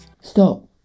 Stop